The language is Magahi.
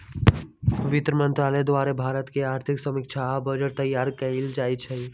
वित्त मंत्रालय द्वारे भारत के आर्थिक समीक्षा आ बजट तइयार कएल जाइ छइ